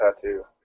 tattoo